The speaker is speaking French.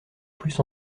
plus